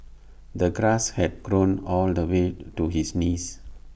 the grass had grown all the way to his knees